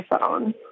phone